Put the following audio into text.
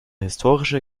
historische